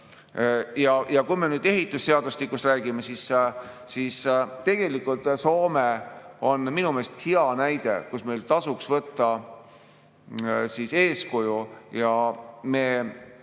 Ja kui me nüüd ehitusseadustikust räägime, siis Soome on minu meelest hea näide, kust meil tasuks võtta eeskuju ja me